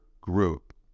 group